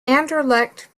anderlecht